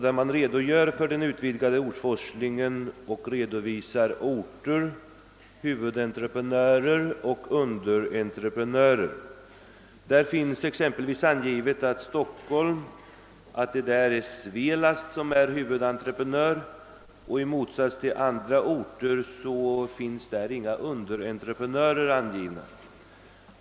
Där redogörs för den utvidgade ortforslingen och man redovisar orter, huvudentreprenörer och underentreprenörer. För Stockholm exempelvis anges att Svelast är huvudentreprenör, men i motsats till vad fallet är för andra orter finns inga underentreprenörer angivna.